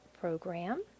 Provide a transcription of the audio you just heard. program